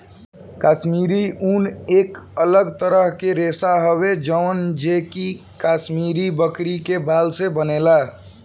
काश्मीरी ऊन एक अलग तरह के रेशा हवे जवन जे कि काश्मीरी बकरी के बाल से बनेला